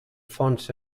fonts